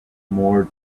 more